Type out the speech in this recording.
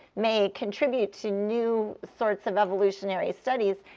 may contribute to new sorts of evolutionary studies,